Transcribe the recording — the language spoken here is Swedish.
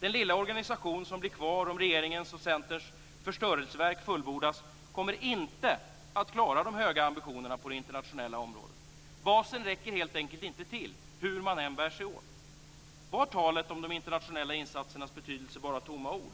Den lilla organisation som blir kvar om regeringens och Centerns förstörelseverk fullbordas kommer inte att klara de höga ambitionerna på det internationella området. Basen räcker helt enkelt inte till hur man än bär sig åt. Var talet om de internationella insatsernas betydelse bara tomma ord?